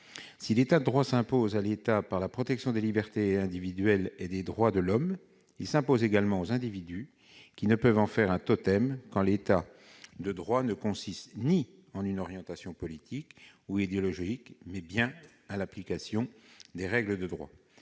Si l'État de droit s'impose à l'État pour la protection des libertés individuelles et des droits de l'homme, il s'impose également aux individus, qui ne peuvent en faire un totem. Car l'État de droit n'est pas une orientation politique ou idéologique, mais consiste en l'application des règles de droit.